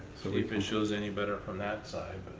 so, if it shows any better from that side.